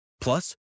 Plus